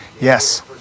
Yes